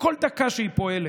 שכל דקה שהיא פועלת,